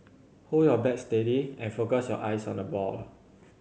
hold your bat steady and focus your eyes on the ball